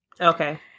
okay